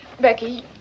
Becky